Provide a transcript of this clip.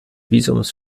visums